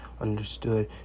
understood